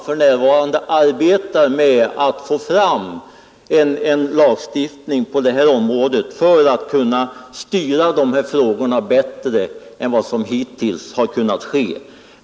För närvarande arbetar man nämligen med att få fram en lagstiftning på detta område för att kunna styra utvecklingen bättre än vad som hittills kunnat ske.